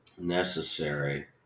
necessary